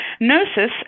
nurses